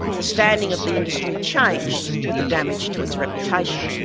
the standing of the industry changed with the damage to its reputation.